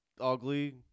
ugly